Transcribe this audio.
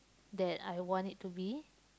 that I want it to be